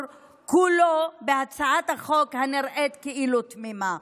כולו בהצעת החוק הנראית כאילו תמימה.